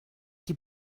die